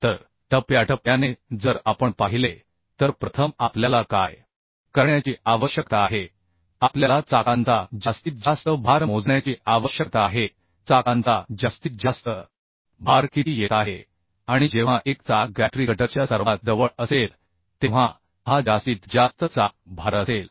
तर टप्प्याटप्प्याने जर आपण पाहिले तर प्रथम आपल्याला काय करण्याची आवश्यकता आहे आपल्याला चाकांचा जास्तीत जास्त भार मोजण्याची आवश्यकता आहे चाकांचा जास्तीत जास्त भार किती येत आहे आणि जेव्हा एक चाक गॅन्ट्री गटरच्या सर्वात जवळ असेल तेव्हा हा जास्तीत जास्त चाक भार असेल